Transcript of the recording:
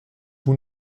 vous